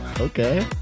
Okay